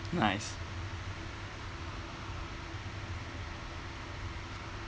nice